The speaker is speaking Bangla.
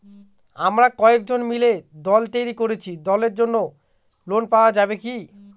আমরা কয়েকজন মিলে দল তৈরি করেছি দলের জন্য ঋণ পাওয়া যাবে কি?